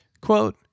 quote